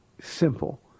simple